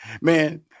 man